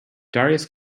darius